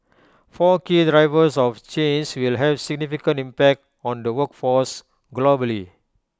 four key drivers of change will have significant impact on the workforce globally